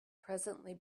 presently